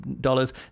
dollars